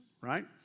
right